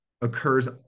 occurs